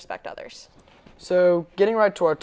respect others so getting road toward